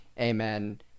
Amen